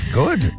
good